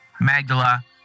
Magdala